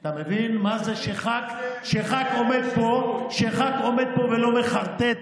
אתה מבין מה זה שחבר כנסת עומד פה ולא מחרטט,